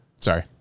Sorry